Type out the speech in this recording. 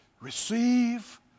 Receive